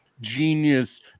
Genius